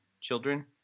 children